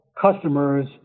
customers